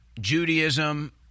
Judaism